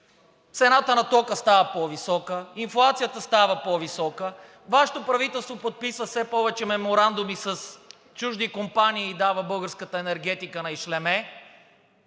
цената на тока става по-висока, инфлацията става по-висока, Вашето правителство подписва все повече меморандуми с чужди компании и дава българската енергетика на ишлеме!